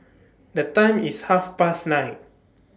The Time IS Half Past nine